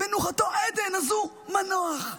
מנוחתו עדן, אז הוא מנוח.